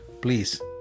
please